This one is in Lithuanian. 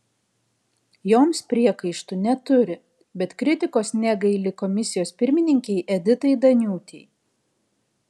joms priekaištų neturi bet kritikos negaili komisijos pirmininkei editai daniūtei